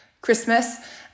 Christmas